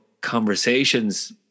conversations